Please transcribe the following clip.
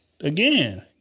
Again